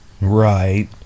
Right